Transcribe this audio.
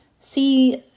see